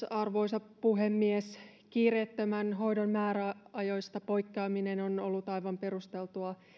arvoisa puhemies kiireettömän hoidon määräajoista poikkeaminen on ollut aivan perusteltua